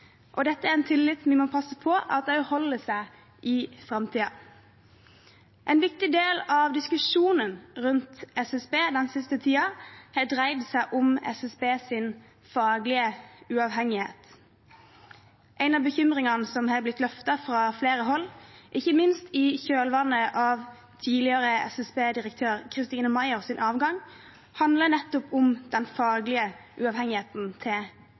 og dette er en tillit vi må passe på at også holder seg i framtiden. En viktig del av diskusjonen rundt SSB den siste tiden har dreid seg om SSBs faglige uavhengighet. En av bekymringene som har vært løftet fra flere hold, ikke minst i kjølvannet av tidligere SSB-direktør Christine Meyers avgang, handler nettopp om den faglige uavhengigheten til